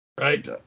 right